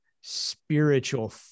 spiritual